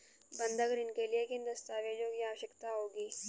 बंधक ऋण के लिए किन दस्तावेज़ों की आवश्यकता होगी?